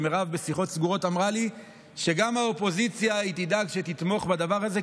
שבשיחות סגורות מירב אמרה לי שהיא תדאג שגם האופוזיציה תתמוך בדבר הזה,